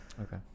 Okay